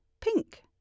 pink